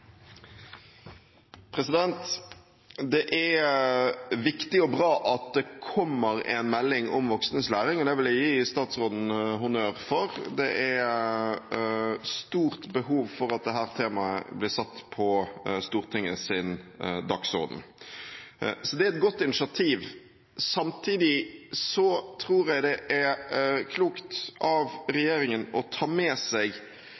ungdomsrett. Det er viktig og bra at det kommer en melding om voksnes læring. Det vil jeg gi statsråden honnør for. Det er et stort behov for at dette temaet blir satt på Stortingets dagsorden. Det er et godt initiativ. Samtidig tror jeg det er klokt av regjeringen å ta med seg